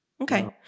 Okay